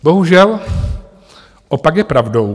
Bohužel, opak je pravdou.